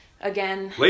again